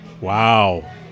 Wow